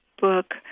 book